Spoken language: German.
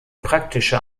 praktische